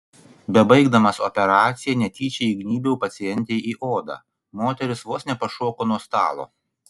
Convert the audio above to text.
bebaigdamas operaciją netyčia įgnybiau pacientei į odą moteris vos nepašoko nuo stalo